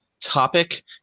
topic